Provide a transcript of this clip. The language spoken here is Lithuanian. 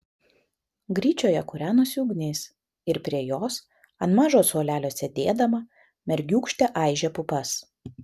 gryčioje kūrenosi ugnis ir prie jos ant mažo suolelio sėdėdama mergiūkštė aižė pupas